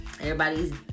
everybody's